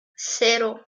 cero